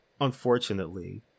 unfortunately